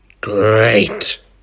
Great